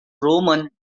roman